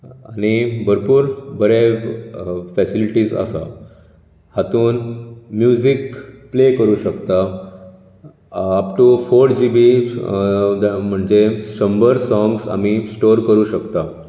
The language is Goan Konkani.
आनी भरपूर बरे फॅसिलिटीज आसात हातूंत म्युजिक प्ले करूंक शकतात अपटू फोर जी बी म्हणजे शंबर साँग्स आमी स्टोर करूंक शकतात